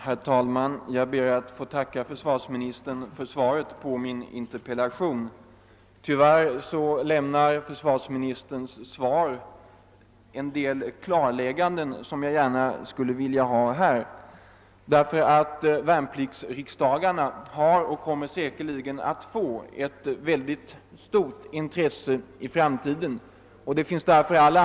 : Herr talman! Jag ber att få tacka försvarsministern för svaret på min interpellation. Cod MÅLAS nat Tyvärr. saknar jag i svaret en .del klarlägganden, som jag gärna skulle vilja ha, eftersom värnpliktsriksdagarna har. och även i framtiden säkerligen kommer att följas med mycket stort intresse. Det finns därför all.